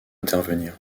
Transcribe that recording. intervenir